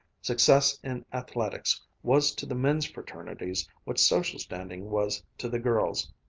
success in athletics was to the men's fraternities what social standing was to the girls'.